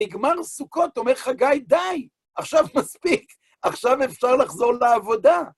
בגמר סוכות, אומר חגי די, עכשיו מספיק, עכשיו אפשר לחזור לעבודה.